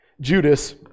Judas